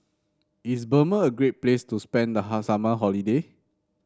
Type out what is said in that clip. is Burma a great place to spend the hot summer holiday